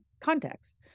context